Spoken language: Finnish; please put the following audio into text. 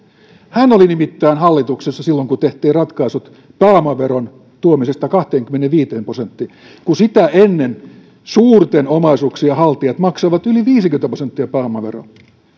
hän oli nimittäin hallituksessa silloin kun tehtiin ratkaisut pääomaveron tuomisesta kahteenkymmeneenviiteen prosenttiin kun sitä ennen suurten omaisuuksien haltijat maksoivat yli viisikymmentä prosenttia pääomaveroa